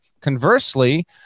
Conversely